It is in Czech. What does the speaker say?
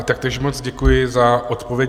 Taktéž moc děkuji za odpověď.